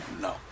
No